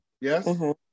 Yes